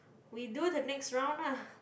we do the next round lah